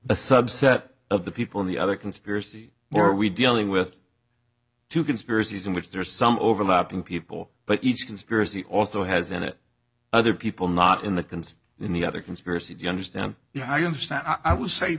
a subset of the people in the other conspiracy or are we dealing with two conspiracies in which there are some overlapping people but each conspiracy also has in it other people not in the concern in the other conspiracy do you understand if i understand i would say